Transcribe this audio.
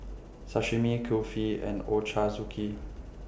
Sashimi Kulfi and Ochazuke